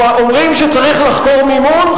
אומרים שצריך לחקור מימון?